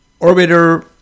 orbiter